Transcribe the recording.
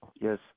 Yes